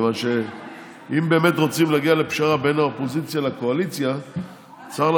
מכיוון שאם באמת רוצים להגיע לפשרה בין האופוזיציה לקואליציה צריך